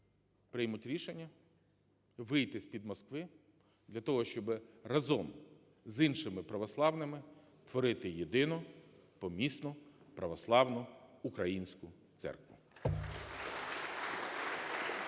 приймуть рішення вийти з-під Москви для того, щоб разом з іншими православними творити єдину помісну православну українську церкву.